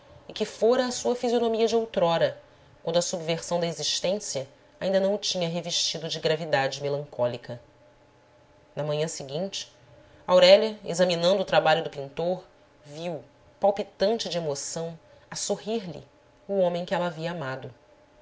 e que fora a sua fisionomia de outrora quando a subversão da existência ainda não o tinha revestido de gravidade melancólica na manhã seguinte aurélia examinando o trabalho do pintor viu palpitante de emoção a sorrir lhe o homem que ela havia amado